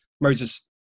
Moses